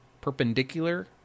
perpendicular